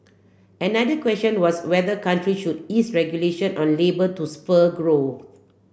another question was whether countries should ease regulation on labour to spur growth